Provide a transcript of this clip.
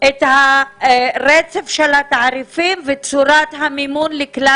את הרצף של התעריפים ואת צורת המימון לכלל